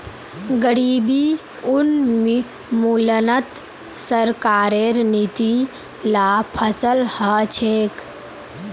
गरीबी उन्मूलनत सरकारेर नीती ला सफल ह छेक